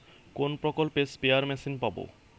কোন প্রকল্পে spare machine পাব?